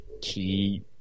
key